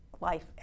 life